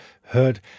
heard